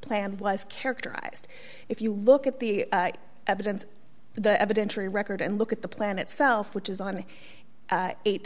plan was characterized if you look at the evidence the evidence for your record and look at the plan itself which is on eight